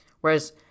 whereas